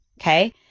Okay